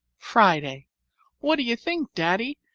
friday what do you think, daddy?